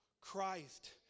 Christ